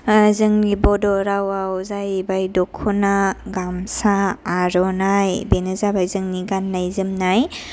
जोंनि बड' रावाव जायैबाय दख'ना गामसा आर'नाय बेनो जाबाय जोंनि गाननाय जोमनाय आरो जोंनि